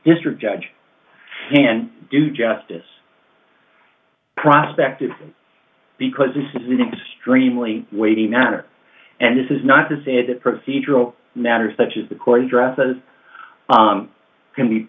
district judge can do justice prospected because this is an extremely weighty matter and this is not to say that procedural matters such as the court dresses can be